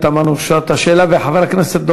של חברת הכנסת פנינה תמנו-שטה.